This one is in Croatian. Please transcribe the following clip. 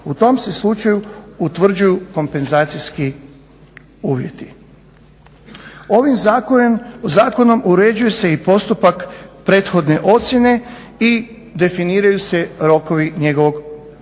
U tom se slučaju utvrđuju kompenzacijski uvjeti. Ovim zakonom uređuje se i postupak prethodne ocjene i definiraju se rokovi njegovog provođenja.